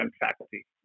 faculty